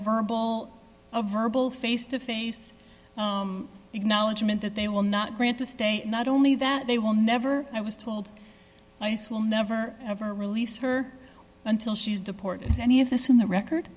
verbal a verbal face to face acknowledgement that they will not grant a stay and not only that they will never i was told ice will never ever release her until she's deported any of this in the record